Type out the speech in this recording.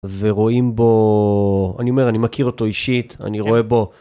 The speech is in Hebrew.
ורואים בו, אני אומר, אני מכיר אותו אישית, אני רואה בו.